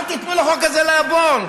אל תיתנו לחוק הזה לעבור.